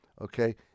okay